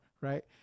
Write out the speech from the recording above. right